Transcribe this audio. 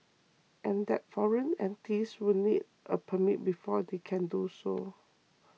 and that foreign entities will need a permit before they can do so